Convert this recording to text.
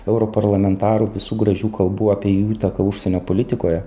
europarlamentarų visų gražių kalbų apie jų įtaką užsienio politikoje